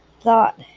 Thought